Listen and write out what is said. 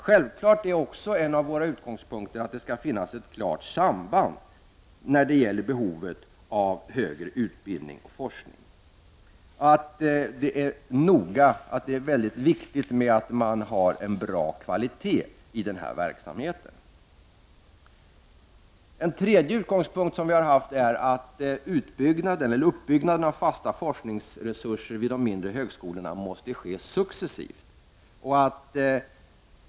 Självfallet är också en av våra utgångspunkter att det skall finnas ett klart samband när det gäller behovet av högre utbildning och forskning. Det är väldigt viktigt att man har en bra kvalitet på denna verksamhet. En tredje utgångspunkt vi har haft är att uppbyggnaden av fasta forskningsresurser vid de mindre högskolorna måste ske successivt.